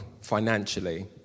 financially